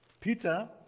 Peter